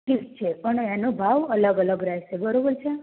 thick છે પણ એનો ભાવ અલગ અલગ રહેશે બરોબર છે